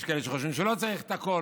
יש כאלה שחושבים שלא צריך את הכול,